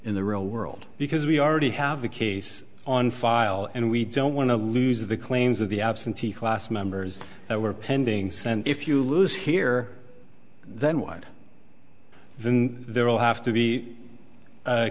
in the real world because we already have a case on file and we don't want to lose the claims of the absentee class members that were pending send if you lose here then why'd then there will have to be